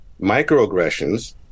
microaggressions